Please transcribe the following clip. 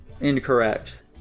Incorrect